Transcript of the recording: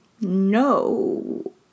No